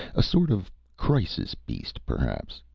a sort of crisis-beast, perhaps?